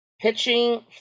pitching